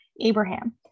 Abraham